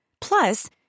Plus